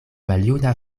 maljuna